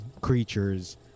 creatures